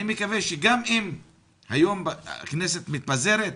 אני מקווה שגם אם היום הכנסת מתפזרת,